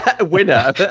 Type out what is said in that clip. winner